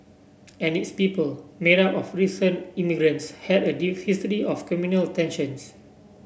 and its people made up of recent immigrants had a history of communal tensions